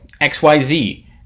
XYZ